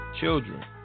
children